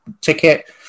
ticket